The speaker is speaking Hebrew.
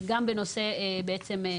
גם בנושא, בעצם,